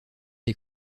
des